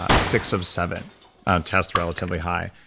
ah six of seven test relatively high.